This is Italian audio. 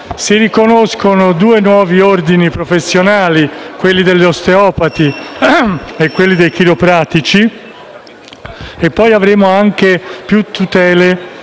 Si riconoscono due nuovi ordini professionali, quello degli osteopati e quello dei chiropratici, e poi avremo anche più tutele